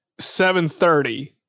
7.30